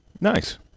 Nice